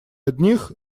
одних